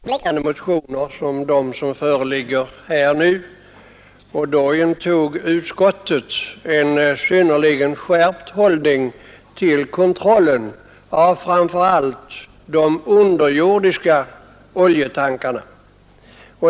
Herr talman! Förra året behandlade vi liknande motioner som de som föreligger nu, och då intog utskottet en skärpt hållning till kontrollen av framför allt de underjordiska oljetankarna.